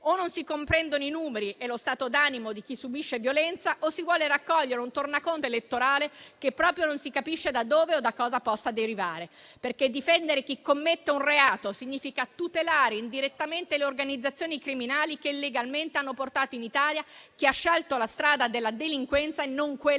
o non si comprendono i numeri e lo stato d'animo di chi subisce violenza o si vuole raccogliere un tornaconto elettorale che proprio non si capisce da dove o da cosa possa derivare. Difendere chi commette un reato, infatti, significa tutelare indirettamente le organizzazioni criminali che illegalmente hanno portato in Italia chi ha scelto la strada della delinquenza e non quella dell'accoglienza